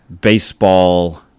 baseball